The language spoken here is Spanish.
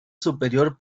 superior